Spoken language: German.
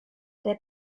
der